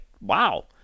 wow